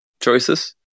choices